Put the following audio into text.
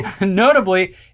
Notably